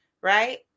right